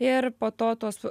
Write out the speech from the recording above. ir po to tuos